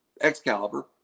Excalibur